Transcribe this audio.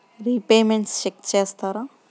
Repayments check చేస్తారా?